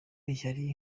yari